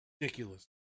ridiculous